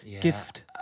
gift